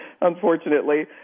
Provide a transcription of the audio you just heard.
unfortunately